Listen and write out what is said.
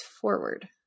forward